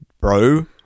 bro